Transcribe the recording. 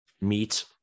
meat